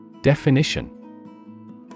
Definition